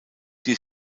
die